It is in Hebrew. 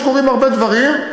שקורים הרבה דברים.